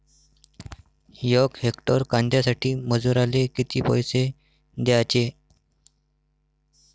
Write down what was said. यक हेक्टर कांद्यासाठी मजूराले किती पैसे द्याचे?